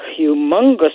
humongous